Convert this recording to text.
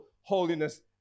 holiness